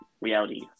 reality